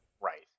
Right